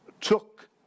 took